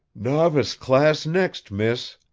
novice class next, miss,